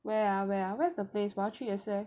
where are where are where's the place 我要去也是 leh